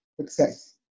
Success